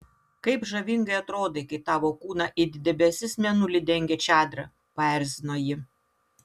kaip žavingai atrodai kai tavo kūną it debesis mėnulį dengia čadra paerzino ji